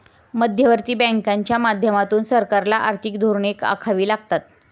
मध्यवर्ती बँकांच्या माध्यमातून सरकारला आर्थिक धोरणे आखावी लागतात